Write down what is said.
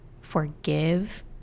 forgive